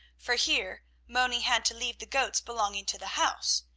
for here moni had to leave the goats belonging to the house,